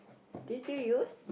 did you use